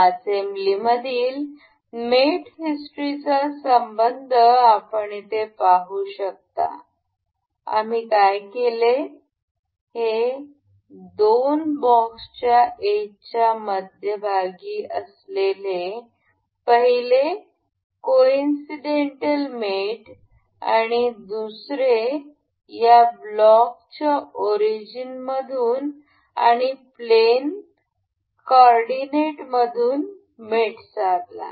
या असेंब्लीमधील मेट हिस्ट्रीचा संबंध आपण येथे पाहू शकता आम्ही काय केले हे दोन ब्लॉक्सच्या एजच्या मध्यभागी असलेले पहिले कॉइनसीडेंटल मेट व दुसरे या ब्लॉकच्या ओरिजिन मधून आणि प्लॅन कॉर्डीनेट मधून मेट साधला